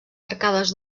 arcades